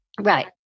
Right